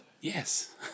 Yes